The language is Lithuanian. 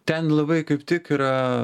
ten labai kaip tik yra